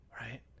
right